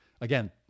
again